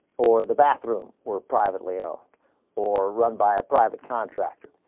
or the bathroom or privately-owned or run by a private contractor